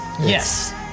Yes